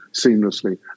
seamlessly